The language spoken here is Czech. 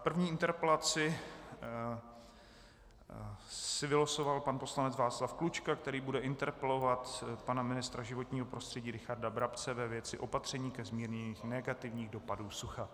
První interpelaci si vylosoval pan poslanec Václav Klučka, který bude interpelovat pana ministra životního prostředí Richarda Brabce ve věci opatření ke zmírnění negativních dopadů sucha.